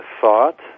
thought